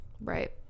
Right